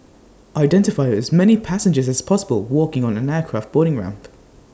identify as many passengers as possible walking on an aircraft boarding ramp